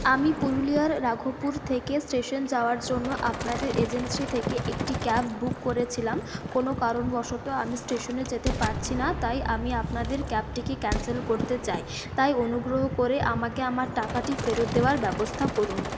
আমি পুরুলিয়ার রাঘবপুর থেকে স্টেশন যাওয়ার জন্য আপনাদের এজেন্সি থেকে একটি ক্যাব বুক করেছিলাম কোনো কারণবশত আমি স্টেশনে যেতে পারছি না তাই আমি আপনাদের ক্যাবটিকে ক্যান্সেল করতে চাই তাই অনুগ্রহ করে আমাকে আমার টাকাটি ফেরত দেওয়ার ব্যবস্থা করুন